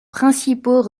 principaux